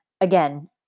again